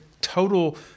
total